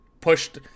pushed